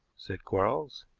said quarles.